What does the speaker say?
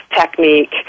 technique